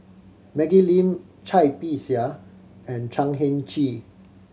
Maggie Lim Cai Bixia and Chan Heng Chee